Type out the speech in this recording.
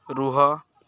ରୁହ